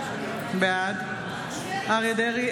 בעד אריה מכלוף דרעי,